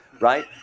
right